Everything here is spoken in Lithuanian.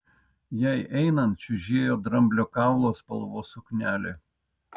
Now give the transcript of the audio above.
jai einant čiužėjo dramblio kaulo spalvos suknelė